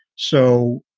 so.